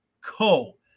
.co